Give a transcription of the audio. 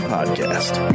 Podcast